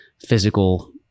physical